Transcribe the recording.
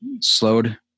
slowed